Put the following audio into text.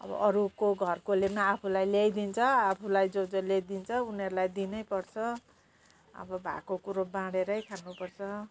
अब अरूको घरकोले आफूलाई ल्याइदिन्छ आफूलाई जस जसले दिन्छ उनीहरूलाई दिनै पर्छ अब भएको कुरो बाँढेरै खानु पर्छ